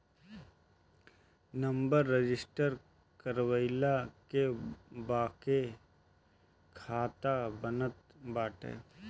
number register कईला के बाके खाता बनत बाटे